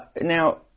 Now